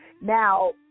Now